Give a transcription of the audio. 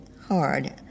hard